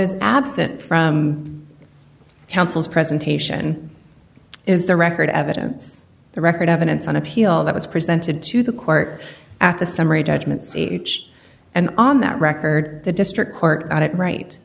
is absent from counsel's presentation is the record evidence the record evidence on appeal that was presented to the court at the summary judgment stage and on that record the district court